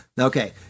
Okay